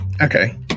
Okay